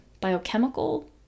biochemical